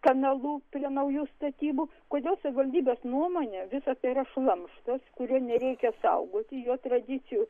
kanalu prie naujų statybų kodėl savivaldybės nuomone visa tai yra šlamštas kurio nereikia saugoti jo tradicijų